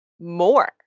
more